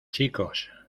chicos